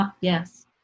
yes